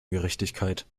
gerechtigkeit